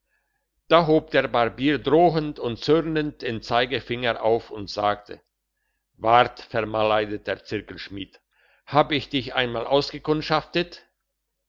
da hob der barbier drohend und zürnend den zeigefinger auf und sagte wart vermaledeiter zirkelschmied hab ich dich einmal ausgekundschaftet